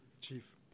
Chief